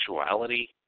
sexuality